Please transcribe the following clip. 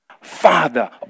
Father